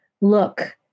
look